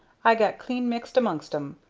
i got clean mixed amongst em.